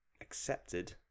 accepted